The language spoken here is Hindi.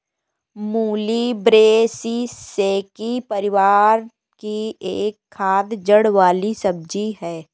मूली ब्रैसिसेकी परिवार की एक खाद्य जड़ वाली सब्जी है